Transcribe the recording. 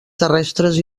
terrestres